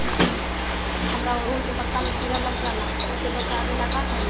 हमरा ओरहुल के पत्ता में किरा लग जाला वो से बचाबे ला का करी?